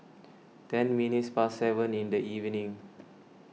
ten minutes past seven in the evening